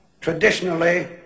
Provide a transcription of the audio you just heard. traditionally